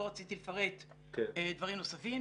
לא רציתי לפרט דברים נוספים.